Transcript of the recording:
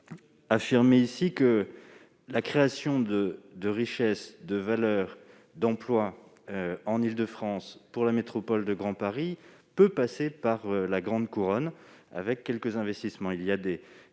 pour affirmer ici que la création de richesses, de valeur, d'emplois en Île-de-France et pour la métropole du Grand Paris peut passer par la grande couronne, grâce à quelques investissements.